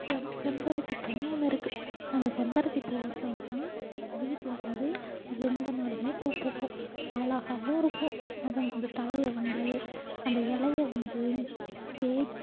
செம் செம்பருத்தி பூன்னு ஒன்று இருக்குது அந்த செம்பருத்தி பூ வச்சோம்னால் வீட்டில் வந்து எந்த நாளும் பூ பூக்கும் அழகாகவும் இருக்கும் அதை வந்து தலையை வந்து அந்த இலைய வந்து தேச்